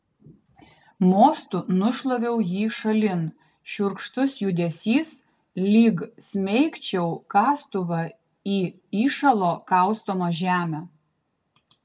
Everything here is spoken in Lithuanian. mostu nušlaviau jį šalin šiurkštus judesys lyg smeigčiau kastuvą į įšalo kaustomą žemę